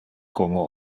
como